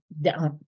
down